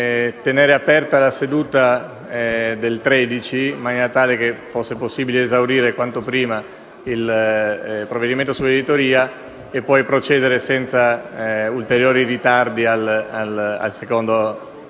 tenere aperta la seduta del 13 settembre, in maniera tale che sia possibile esaurire quanto prima il provvedimento sull'editoria e poi procedere senza ulteriori ritardi ad esaminare il